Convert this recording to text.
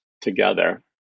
together